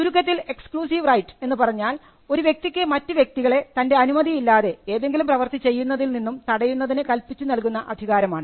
ചുരുക്കത്തിൽ exclusive right എന്ന് പറഞ്ഞാൽ ഒരു വ്യക്തിക്ക് മറ്റു വ്യക്തികളെ തൻറെ അനുമതിയില്ലാതെ ഏതെങ്കിലും പ്രവർത്തി ചെയ്യുന്നതിൽ നിന്നും തടയുന്നതിന് കൽപ്പിച്ചു നൽകുന്ന അധികാരമാണ്